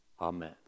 Amen